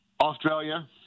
Australia